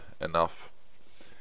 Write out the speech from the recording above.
enough